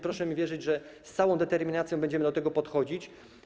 Proszę mi wierzyć, że z całą determinacją będziemy do tego podchodzić.